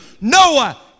Noah